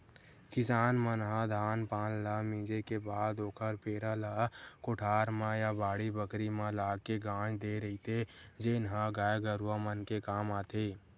किसान मन ह धान पान ल मिंजे के बाद ओखर पेरा ल कोठार म या बाड़ी बखरी म लाके गांज देय रहिथे जेन ह गाय गरूवा मन के काम आथे